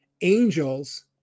angels